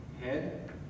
Head